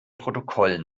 protokoll